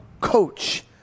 coach